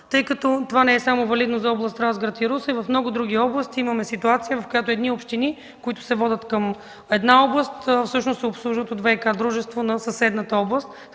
тъй като това не е валидно само за област Разград и Русе, а в много други области имаме ситуация, в която едни общини, които се водят към една област, а всъщност се обслужват от ВиК-дружеството на съседната област.